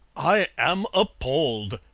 i am appalled,